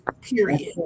Period